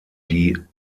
die